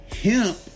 hemp